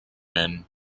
men